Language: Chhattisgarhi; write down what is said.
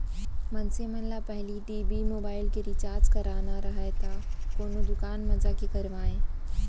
मनसे मन पहिली टी.भी, मोबाइल के रिचार्ज कराना राहय त कोनो दुकान म जाके करवाय